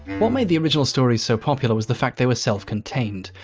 what made the original story so popular was the fact they were self-contained.